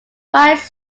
rice